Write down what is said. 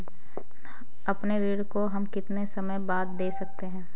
अपने ऋण को हम कितने समय बाद दे सकते हैं?